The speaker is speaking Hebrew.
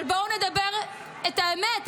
אבל בואו נאמר את האמת,